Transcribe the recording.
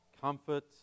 comfort